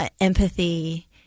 empathy